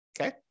Okay